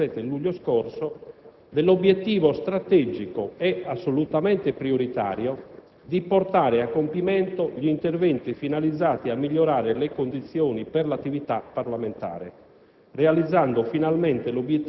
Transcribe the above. nella citata riunione del 27 luglio scorso, dell'obiettivo strategico e assolutamente prioritario di portare a compimento gli interventi finalizzati a migliorare le condizioni per l'attività parlamentare,